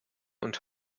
und